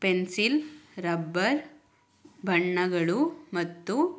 pencil rubber ಬಣ್ಣಗಳು ಮತ್ತು